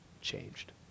changed